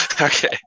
Okay